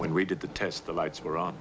when we did the test the lights were on